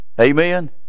Amen